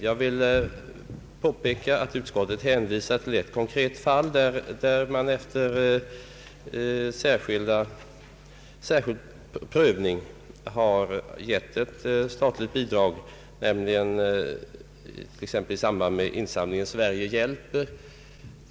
Jag vill påpeka att utskottet hänvisar till ett konkret fall, där man efter särskild prövning gett ett statligt bidrag, nämligen i samband med insamlingen ”Sverige hjälper”.